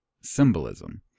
symbolism